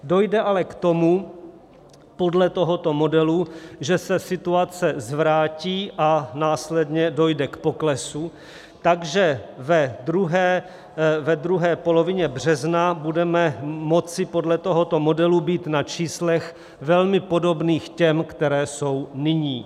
Dojde ale k tomu, podle tohoto modelu, že se situace zvrátí a následně dojde k poklesu, takže ve druhé polovině března budeme moci podle tohoto modelu být na číslech velmi podobných těm, která jsou nyní.